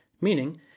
Meaning